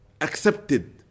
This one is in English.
accepted